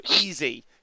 Easy